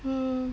hmm